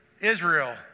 Israel